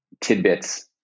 tidbits